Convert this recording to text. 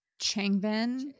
Changbin